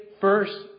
first